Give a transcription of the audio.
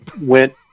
went